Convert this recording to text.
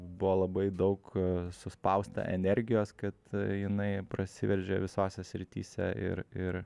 buvo labai daug suspausta energijos kad jinai prasiveržė visose srityse ir ir